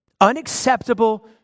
Unacceptable